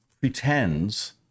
pretends